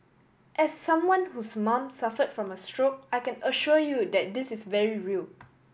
as someone whose mom suffered from a stroke I can assure you that this is very real